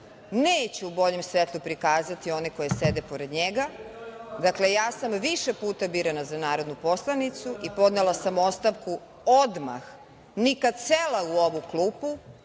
neće u boljem svetlu prikazati one koji sede pored njega. Dakle, ja sam više puta birana za narodnu poslanicu i podnela sam ostavku odmah, nikad sela u ovu klupu,